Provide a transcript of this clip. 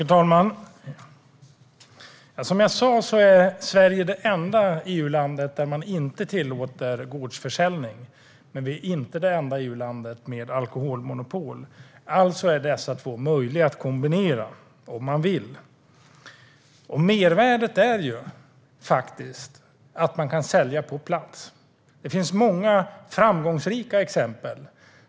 Herr talman! Som jag sa är Sverige det enda EU-landet där man inte tillåter gårdsförsäljning. Men det är inte det enda EU-landet med alkoholmonopol. Alltså är dessa två möjliga att kombinera om man vill. Mervärdet är att man kan sälja på plats. Det finns många framgångsrika exempel.